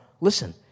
Listen